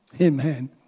Amen